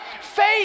Faith